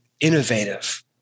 innovative